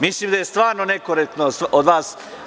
Mislim da je stvarno nekorektno od vas.